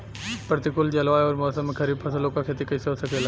प्रतिकूल जलवायु अउर मौसम में खरीफ फसलों क खेती कइसे हो सकेला?